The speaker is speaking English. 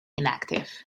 inactive